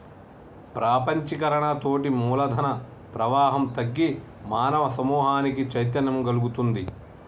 ప్రపంచీకరణతోటి మూలధన ప్రవాహం తగ్గి మానవ సమూహానికి చైతన్యం గల్గుతుంది